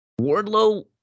Wardlow